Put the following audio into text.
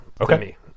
Okay